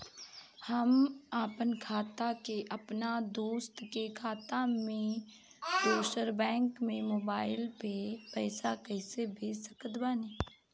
हम आपन खाता से अपना दोस्त के खाता मे दोसर बैंक मे मोबाइल से पैसा कैसे भेज सकत बानी?